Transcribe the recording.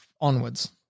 onwards